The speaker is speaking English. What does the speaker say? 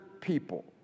people